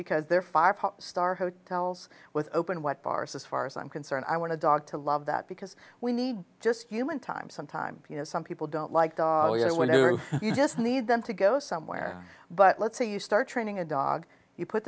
because they're five star hotels with open what bars as far as i'm concerned i want to dog to love that because we need just human time some time you know some people don't like you know whenever you just need them to go somewhere but let's say you start training a dog you put